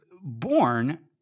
born